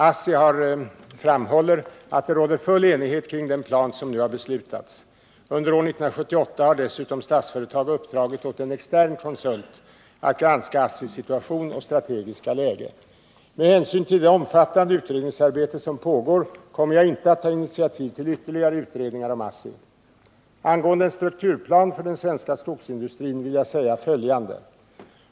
ASSI framhåller att det råder full enighet kring den plan som nu har beslutats. Under år 1978 har dessutom Statsföretag uppdragit åt en extern konsult att granska ASSI:s situation och strategiska läge. Med hänsyn till det omfattande utredningsarbete som pågår kommer jag inte att ta initiativ till ytterligare utredningar om ASSI. Angående en strukturplan för den svenska skogsindustrin vill jag säga följande.